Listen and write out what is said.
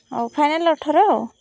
ଆଉ ଫାଇନାଲ୍ ଅଠର ଆଉ